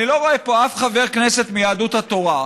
אני לא רואה פה אף חבר כנסת מיהדות התורה,